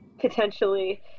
potentially